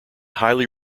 highly